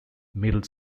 middle